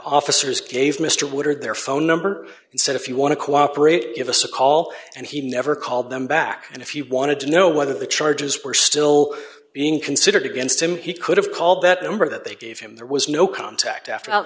officers gave mr woodward their phone number and said if you want to cooperate give us a call and he never called them back and if you wanted to know whether the charges were still being considered against him he could have called that number that they gave him there was no contact